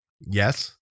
Yes